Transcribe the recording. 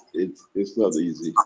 it's, it's not easy.